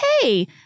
hey